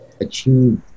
achieve